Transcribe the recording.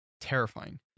Terrifying